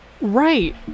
Right